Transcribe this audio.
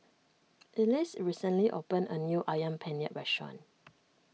Ellis recently opened a new Ayam Penyet restaurant